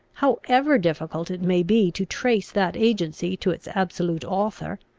however difficult it may be to trace that agency to its absolute author.